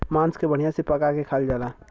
मांस के बढ़िया से पका के खायल जाला